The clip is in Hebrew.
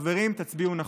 חברים, תצביעו נכון.